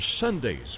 Sundays